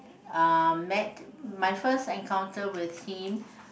uh met my first encounter with him